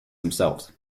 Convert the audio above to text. themselves